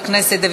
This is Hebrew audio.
חברי הכנסת,